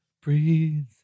breathe